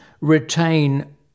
retain